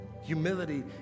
Humility